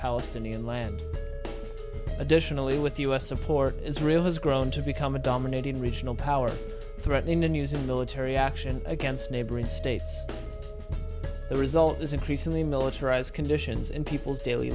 palestinian land additionally with u s support israel has grown to become a dominating regional power threatening the news of military action against neighboring states the result is increasingly militarized conditions in people's daily